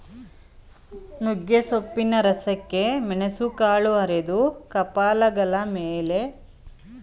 ನುಗ್ಗೆಸೊಪ್ಪಿನ ರಸಕ್ಕೆ ಮೆಣಸುಕಾಳು ಅರೆದು ಕಪಾಲಗಲ ಮೇಲೆ ಹಚ್ಚಿದರೆ ತಲೆನೋವು ನಿವಾರಣೆಯಾಗ್ತದೆ